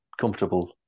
comfortable